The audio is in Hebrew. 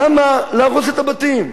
למה להרוס את הבתים?